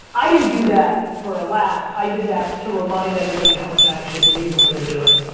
i didn't do that for a laugh. i did that to remind everybody how much i actually believe in what you're doing.